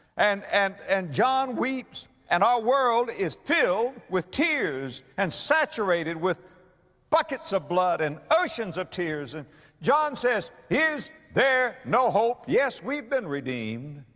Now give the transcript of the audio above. and, and, and john weeps and our world is filled with tears and saturated with buckets of blood and oceans of tears and john says, is there no hope? yes, we've been redeemed,